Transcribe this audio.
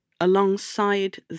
alongside